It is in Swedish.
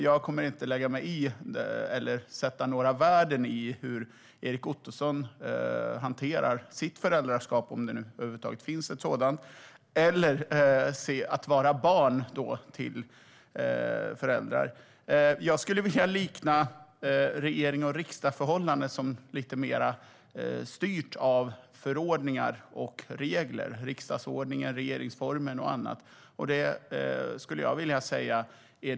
Jag kommer inte att lägga mig i eller betygsätta hur Erik Ottoson hanterar sitt föräldraskap, om det över huvud taget finns ett sådant, eller hur han ser på att vara barn till föräldrar. Jag skulle vilja likna förhållandet mellan regering och riksdag som lite mer styrt av förordningar och regler - riksdagsordningen, regeringsformen och annat.